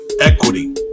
equity